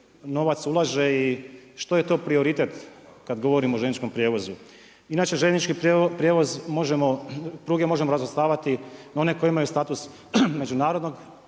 novac ulaže i što je to prioritet kada govorimo o željezničkom prijevozu. Inače željeznički pruge možemo razvrstavati na one koje imaju status međunarodnog